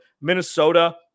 Minnesota